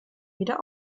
wieder